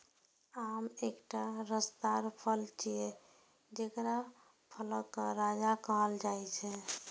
आम एकटा रसदार फल छियै, जेकरा फलक राजा कहल जाइ छै